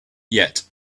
yet